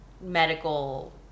medical